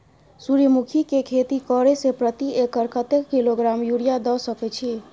सूर्यमुखी के खेती करे से प्रति एकर कतेक किलोग्राम यूरिया द सके छी?